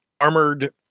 armored